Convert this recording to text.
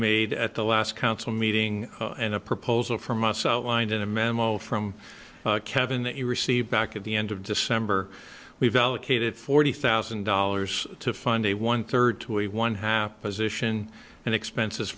made at the last council meeting and a proposal from us outlined in a memo from kevin that you received back at the end of december we've allocated forty thousand dollars to fund a one third to a one happens ition and expenses